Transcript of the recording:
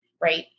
right